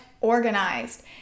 organized